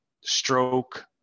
Stroke